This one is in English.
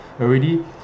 already